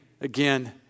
again